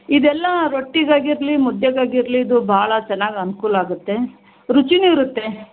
ಇದೆಲ್ಲ ರೊಟ್ಟಿಗಾಗಿರಲಿ ಮುದ್ದೆಗಾಗಿರಲಿ ಇದು ಭಾಳ ಚೆನ್ನಾಗಿ ಅನುಕೂಲಾಗುತ್ತೆ ರುಚಿನೂ ಇರುತ್ತೆ